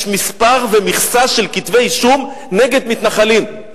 מספר ומכסה של כתבי-אישום נגד מתנחלים.